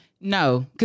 No